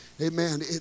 amen